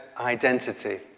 identity